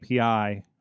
API